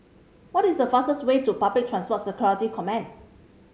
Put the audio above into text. what is the fastest way to Public Transport Security Command